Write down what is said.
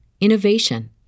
innovation